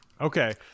Okay